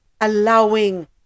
allowing